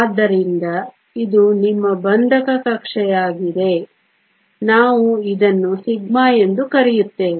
ಆದ್ದರಿಂದ ಇದು ನಿಮ್ಮ ಬಂಧಕ ಕಕ್ಷೆಯಾಗಿದೆ ನಾವು ಇದನ್ನು σ ಎಂದು ಕರೆಯುತ್ತೇವೆ